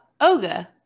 Oga